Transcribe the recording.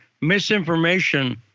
misinformation